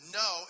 no